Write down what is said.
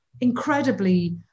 incredibly